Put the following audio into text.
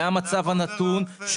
זה המצב הנתון,